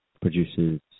produces